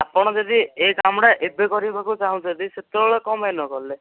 ଆପଣ ଯଦି ଏ କାମଟା ଏବେ କରିବାକୁ ଚାହୁଁଛନ୍ତି ସେତେବେଳେ କ'ଣ ପାଇଁ ନକଲେ